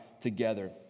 together